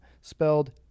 spelled